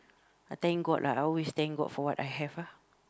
I thank god lah I always thank god for what I have ah